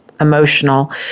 emotional